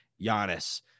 Giannis